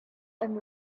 and